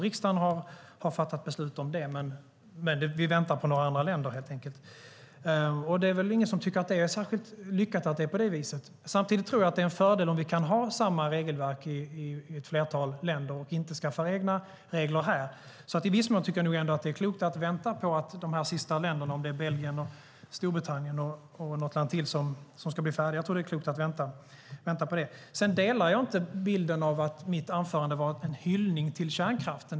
Riksdagen har fattat beslut om det, men vi väntar helt enkelt på några andra länder. Det är väl ingen som tycker att det är särskilt lyckat att det är på det viset. Samtidigt tror jag att det är en fördel om vi kan ha samma regelverk i ett flertal länder och inte skaffar egna regler här. I viss mån tycker jag ändå att det är klokt att vänta på att de sista länderna - Belgien, Storbritannien och något land till - blir färdiga. Jag tror att det är klokt att vänta på det. Jag delar inte uppfattningen att mitt anförande var en hyllning till kärnkraften.